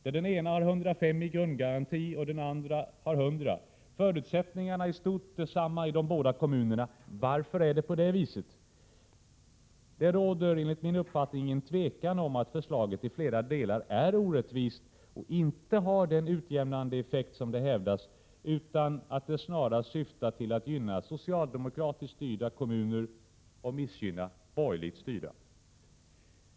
Den ena kommunen har 105 i grundgaranti och den andra har 100. Förutsättningarna äristort sett desamma i de båda kommunerna. Varför är det på detta vis? Det råder, enligt min uppfattning, inget tvivel om att förslaget i flera delar är orättvist och inte har den utjämnande effekt som det hävdas, utan det syftar snarast till att gynna socialdemokratiskt styrda kommuner och missgynna borgerligt styrda.